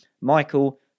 Michael